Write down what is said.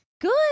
Good